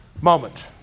moment